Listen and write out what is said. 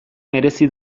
merezi